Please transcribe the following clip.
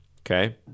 okay